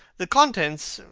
the contents,